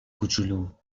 کوچولو